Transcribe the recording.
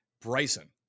Bryson